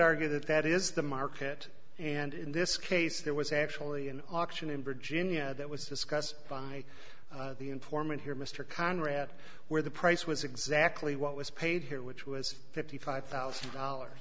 argue that that is the market and in this case there was actually an auction in virginia that was discussed by the informant here mr conrad where the price was exactly what was paid here which was fifty five thousand dollars